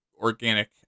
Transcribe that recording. organic